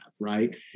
right